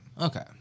Okay